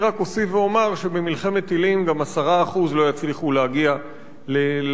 אני רק אוסיף ואומר שבמלחמת טילים גם 10% לא יצליחו להגיע למקלטים,